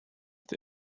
the